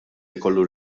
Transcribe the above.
jkollu